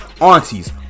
aunties